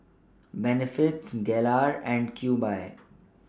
Benefits Gelare and Cube I